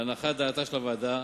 להנחת דעתה של הוועדה,